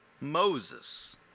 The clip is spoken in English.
Moses